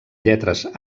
lletres